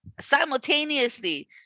simultaneously